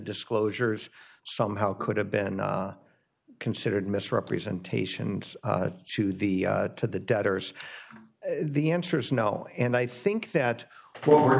disclosures somehow could have been considered misrepresentation to the to the debtors the answer is no and i think that